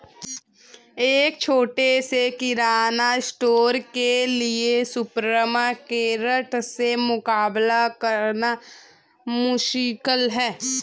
एक छोटे से किराना स्टोर के लिए सुपरमार्केट से मुकाबला करना मुश्किल है